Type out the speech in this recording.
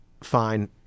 Fine